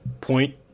point